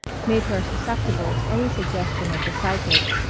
made her susceptible to any suggestion of the psychic,